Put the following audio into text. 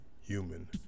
human